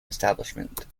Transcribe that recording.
establishment